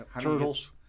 Turtles